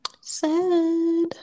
sad